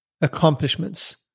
accomplishments